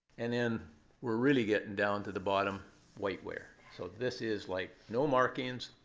and then we're really getting down to the bottom whiteware. so this is like no markings,